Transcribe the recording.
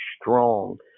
strong